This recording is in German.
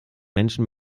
menschen